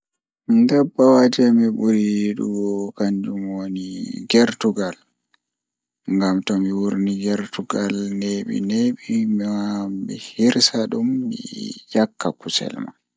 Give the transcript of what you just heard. Ndabbawa jei mi buri yidugo kanjum woni gertugal ngam tomi wurni gertugam neebi-neebi mi wawan mi hirsa dum mi iyakka kudel am